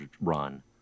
run